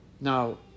Now